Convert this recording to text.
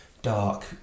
dark